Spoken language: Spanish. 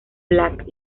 black